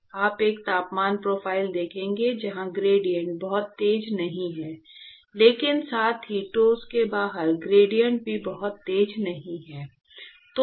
आप एक तापमान प्रोफ़ाइल देखेंगे जहां ग्रेडिएंट बहुत तेज नहीं हैं लेकिन साथ ही ठोस के बाहर ग्रेडिएंट भी बहुत तेज नहीं हैं